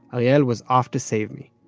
ah and was off to save me.